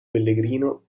pellegrino